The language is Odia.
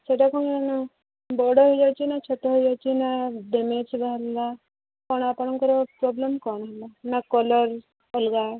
ସେଇଟା କ'ଣ ଏଇନା ବଡ଼ ହେଇଯାଉଛି ନା ଛୋଟ ହେଇଯାଉଛି ନା ଡ୍ୟାମେଜ୍ ବାହାରିଲା କ'ଣ ଆପଣଙ୍କର ପ୍ରୋବ୍ଲେମ୍ କ'ଣ ହେଲା ନା କଲର୍ ଅଲଗା